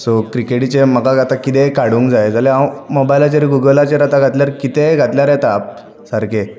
so क्रिकेटीचें म्हाका आतां कितेंय काडूंक जाय जाल्यार हांव मोबायलाचेर गुगलाचेर आतां घातल्यार कितेंय घातल्यार येतां सारकें